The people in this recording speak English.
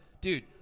Dude